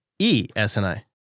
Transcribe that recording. ESNI